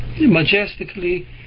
majestically